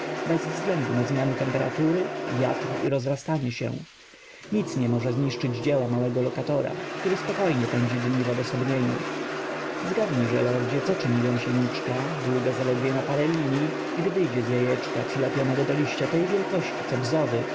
bez względu na zmiany temperatury wiatr i rozrastanie się nic nie może zniszczyć dzieła małego lokatora który spokojnie pędzi dni w odosobnieniu zgadnijże lordzie co czyni gąsieniczka długa zaledwie na parę linij gdy wyjdzie z jajeczka przylepionego do liścia tej wielkości co bzowy